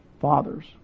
Fathers